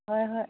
ꯍꯣꯏ ꯍꯣꯏ